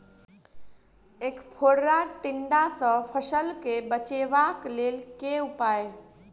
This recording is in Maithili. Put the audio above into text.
ऐंख फोड़ा टिड्डा सँ फसल केँ बचेबाक लेल केँ उपाय?